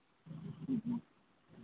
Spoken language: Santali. ᱦᱮᱸ ᱦᱮᱸ